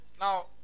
Now